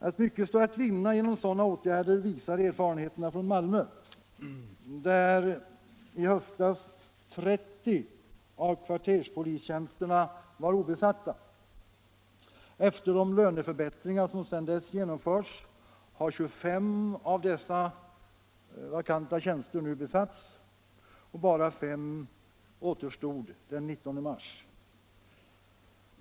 Att mycket står att vinna genom sådana åtgärder visar erfarenheterna från Malmö, där i höstas 30 av kvarterspolistjänsterna var obesatta. Efter de löneförbättringar som sedan dess genomförts har 25 av dessa nu besatts. Bara fem var vakanta den 19 mars.